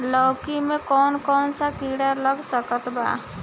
लौकी मे कौन कौन सा कीड़ा लग सकता बा?